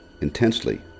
intensely